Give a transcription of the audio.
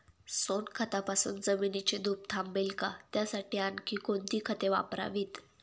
सोनखतापासून जमिनीची धूप थांबेल का? त्यासाठी आणखी कोणती खते वापरावीत?